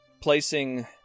placing